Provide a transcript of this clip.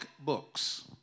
books